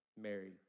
Mary